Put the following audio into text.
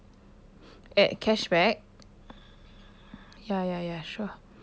at cashback ya ya ya sure